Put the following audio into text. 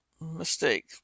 MISTAKE